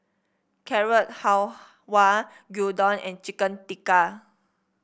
Carrot Halwa Gyudon and Chicken Tikka